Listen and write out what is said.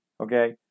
okay